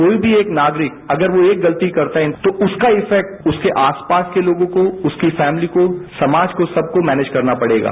कोई भी एक नागरिक अगर वो एक गलतीकरता है तो उसका इफैक्ट उसके आसपास के लोगों को उसकी फैमली को समाज को सबको मैनेजकरना पड़ेगा